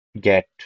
get